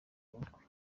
ubukwe